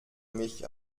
mich